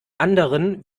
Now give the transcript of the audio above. anderen